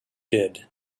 did